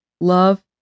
love